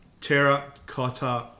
Terracotta